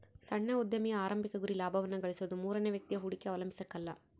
ಸಣ್ಣ ಉದ್ಯಮಿಯ ಆರಂಭಿಕ ಗುರಿ ಲಾಭವನ್ನ ಗಳಿಸೋದು ಮೂರನೇ ವ್ಯಕ್ತಿಯ ಹೂಡಿಕೆ ಅವಲಂಬಿಸಕಲ್ಲ